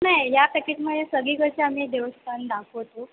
नाही या पॅकेजमध्ये सगळीकडची आम्ही देवस्थान दाखवतो